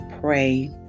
pray